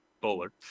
Bowler